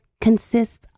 consists